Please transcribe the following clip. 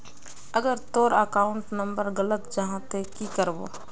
अगर तोर account number गलत जाहा ते की करबो?